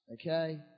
Okay